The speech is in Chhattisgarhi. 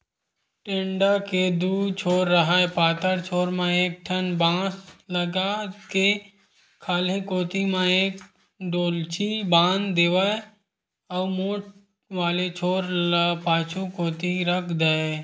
टेंड़ा के दू छोर राहय पातर छोर म एक ठन बांस लगा के खाल्हे कोती म एक डोल्ची बांध देवय अउ मोठ वाले छोर ल पाछू कोती रख देय